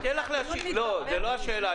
זאת לא השאלה.